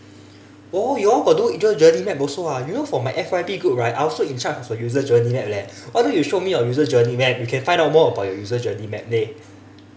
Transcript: oh you all got do user journey map also ah you know for my F_Y_P group right I also in charge of the user journey map leh why don't you show me your user journey map we can find out more about your user journey map leh